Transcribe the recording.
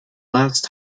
last